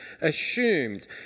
assumed